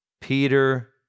Peter